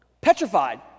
Petrified